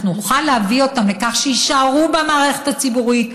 אנחנו נוכל להביא אותם לכך שיישארו במערכת הציבורית,